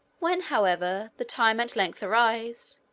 when, however, the time at length arrives,